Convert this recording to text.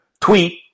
tweet